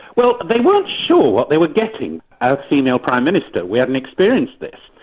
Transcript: well they weren't sure what they were getting. a female prime minister. we hadn't experienced this.